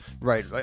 Right